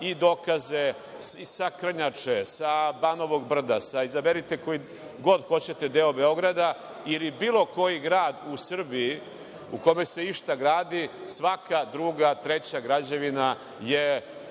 i dokaze sa Krnjače, sa Banovog brda, izaberite koji god hoćete deo Beograda ili bilo koji grad u Srbiji u kome se išta gradi, svaka druga, treća, građevina je